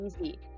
easy